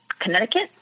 Connecticut